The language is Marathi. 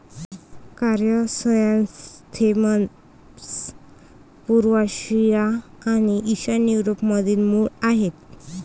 क्रायसॅन्थेमम्स पूर्व आशिया आणि ईशान्य युरोपमधील मूळ आहेत